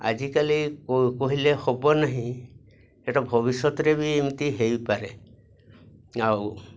ଆଜିକାଲି କହିଲେ ହେବ ନାହିଁ ସେଟା ଭବିଷ୍ୟତରେ ବି ଏମିତି ହୋଇପାରେ ଆଉ